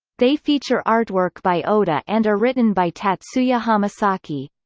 they feature artwork by oda and are written by tatsuya hamasaki.